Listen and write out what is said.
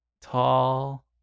tall